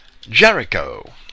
Jericho